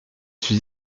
suis